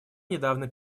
недавно